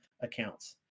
accounts